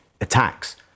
attacks